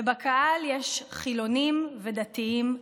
ובקהל יש חילונים ודתיים,